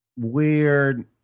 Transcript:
Weird